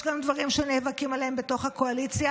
יש גם דברים שנאבקים עליהם בתוך הקואליציה,